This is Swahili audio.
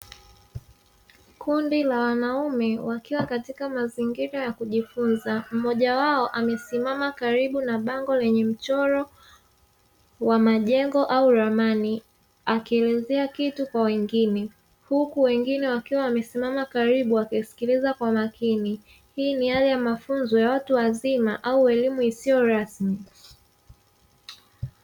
Kundi la wanaume wakiwa katika mazingira ya kujifunza; mmoja wao amesimama karibu na bango lenye mchoro wa majengo au ramani akielezea kitu kwa wengine, huku wengine wakiwa wamesimama karibu wakisikiliza kwa makini. Hii ni hali ya mafunzo ya watu wazima au elimu isiyo rasmi.